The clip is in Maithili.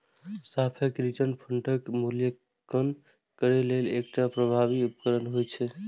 सापेक्ष रिटर्न फंडक मूल्यांकन करै लेल एकटा प्रभावी उपकरण होइ छै